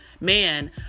man